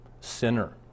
sinner